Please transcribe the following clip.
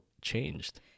changed